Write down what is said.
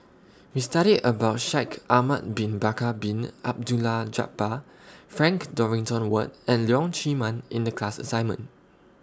We studied about Shaikh Ahmad Bin Bakar Bin Abdullah Jabbar Frank Dorrington Ward and Leong Chee Mun in The class assignment